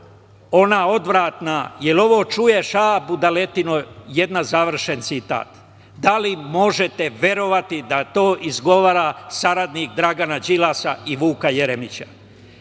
ona odvratna, je l' ovo čuješ, a, budaletino jedna?“, završen citat. Da li možete verovati da to izgovara saradnik Dragana Đilasa i Vuka Jeremića?